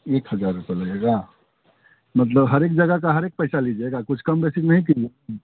एक हज़ार रुपए लगेगा मतलब हर एक जगह का हर एक पैसा लीजिएगा कुछ कम पैसे नहीं